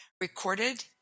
recorded